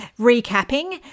recapping